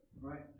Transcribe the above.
Right